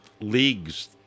leagues